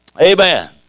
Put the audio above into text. Amen